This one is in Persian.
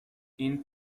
این